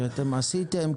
שאתם עשיתם,